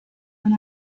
when